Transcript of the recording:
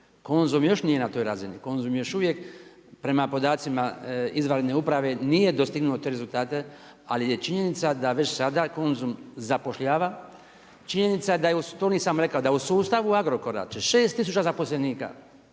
Konzum još nije toj razini, Konzum još uvijek prema podacima izvanredne uprave, nije dostignuo rezultate, ali je činjenica da već sada Konzum zapošljava, činjenica da, to nisam rekao, da u sustavu Agrokora će 6 tisuća zaposlenika,